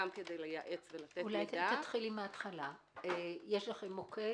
גם כדי לייעץ- - תתחילי מההתחלה יש לכם מוקד